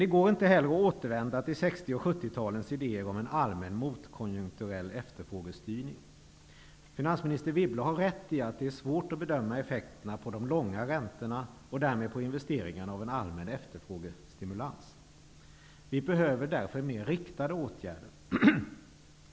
Det går inte heller att återvända till 60 och 70 talens idéer om en allmän motkonjunkturell efterfrågestyrning. Finansminister Wibble har rätt i att det är svårt att bedöma effekterna på de långa räntorna och därmed på investeringarna av en allmän efterfrågestimulans. Vi behöver därför mer riktade åtgärder.